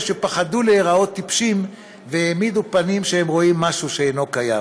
שפחדו להיראות טיפשים והעמידו פנים שהם רואים משהו שאינו קיים.